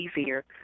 easier